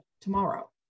tomorrow